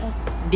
uh